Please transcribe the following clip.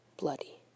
bloody